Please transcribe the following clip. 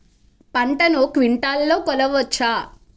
పంటను క్వింటాల్లలో కొలవచ్చా?